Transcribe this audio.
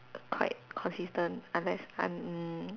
quite consistent unless I mm